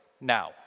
now